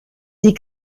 die